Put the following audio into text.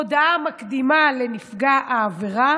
הודעה מקדימה לנפגע העבירה